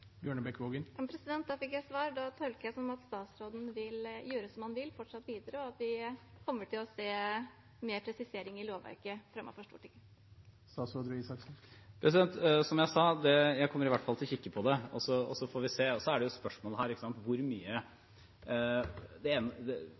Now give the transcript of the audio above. fikk jeg svar, og det tolker jeg som at statsråden fortsatt vil gjøre som han vil, og at vi kommer til å se mer presisering i lovverket fremmet for Stortinget. Som jeg sa, kommer jeg i hvert fall til å kikke på det, og så får vi se. Spørsmålet er jo her hvor mye. Det man må være forsiktig med, er der det